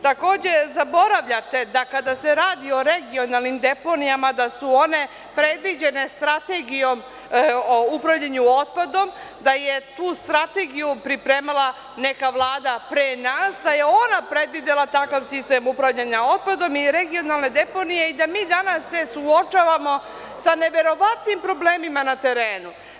Takođe, zaboravljate da kada se radi o regionalnim deponijama da su one predviđene Strategijom o upravljanju otpadom, da je tu Strategiju pripremala neka vlada pre nas, da je ona predvidela takav sistem upravljanja otpadom i regionalne deponije i da mi danas se suočavamo sa neverovatnim problemima na terenu.